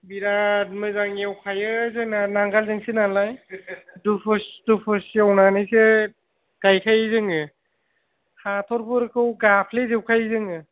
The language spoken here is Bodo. बिराद मोजां एवखायो जोंना नांगोलजोंसो नालाय दुफुस दुफुस एवनानैसो गायखायो जोङो हाथरफोरखौ गाफ्ले जोबखायो जोङो